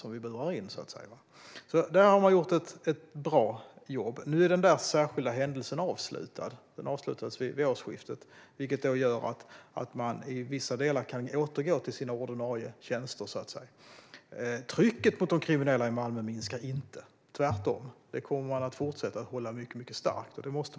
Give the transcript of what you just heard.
I Malmö gjorde man ett bra jobb, och sedan årsskiftet är den särskilda händelsen avslutad, vilket gör att man i vissa delar kan återgå till sina ordinarie tjänster. Trycket mot de kriminella i Malmö minskar dock inte. Tvärtom kommer det att fortsätta att vara starkt, för det måste det vara.